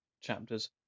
chapters